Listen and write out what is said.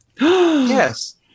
Yes